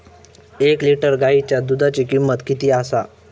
एक लिटर गायीच्या दुधाची किमंत किती आसा?